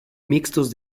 mixtos